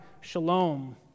shalom